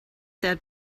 that